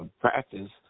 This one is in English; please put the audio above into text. practice